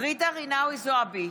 ג'ידא רינאוי זועבי,